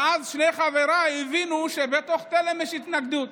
ואז שני חבריי הבינו שבתוך תל"ם יש התנגדות,